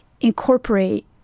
incorporate